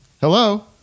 Hello